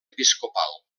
episcopal